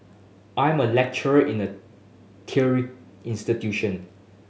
I'm a lecturer in a teary institution